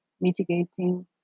mitigating